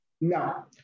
no